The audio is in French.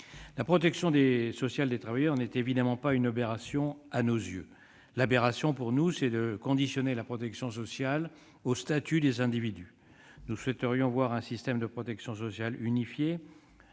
La protection sociale des travailleurs n'est évidemment pas une aberration à nos yeux. Pour nous, l'aberration est de conditionner la protection sociale au statut des individus. Nous souhaiterions voir l'émergence d'un système de protection sociale unifiée-